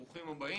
ברוכים הבאים.